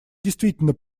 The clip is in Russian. действительно